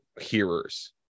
hearers